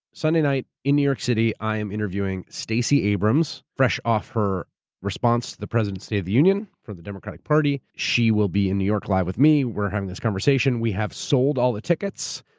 sunday night in new york city, i'm interviewing stacey abrams fresh off her response to the president's state of the union for the democratic party. she will be in new york live with me. we're having this conversation. we have sold all the tickets.